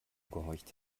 gehorcht